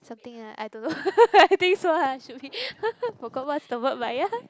something lah I don't know I think so lah should be I forgot what's the word but ya